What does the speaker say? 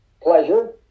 pleasure